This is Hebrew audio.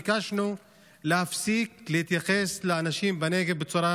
ביקשנו להפסיק להתייחס לאנשים בנגב בצורה